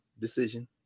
decision